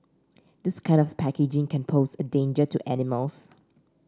this kind of packaging can pose a danger to animals